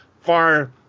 far